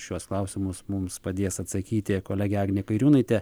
šiuos klausimus mums padės atsakyti kolegė agnė kairiūnaitė